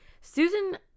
Susan